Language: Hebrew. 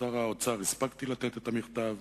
לשר האוצר הספקתי לתת את המכתב,